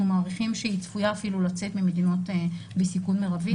מעריכים שהיא צפויה אפילו לצאת מהמדינות בסיכון מרבי.